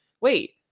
wait